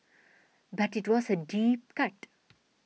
but it was a deep cut